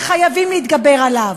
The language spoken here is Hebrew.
וחייבים להתגבר עליו.